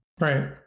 Right